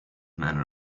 manner